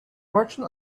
merchant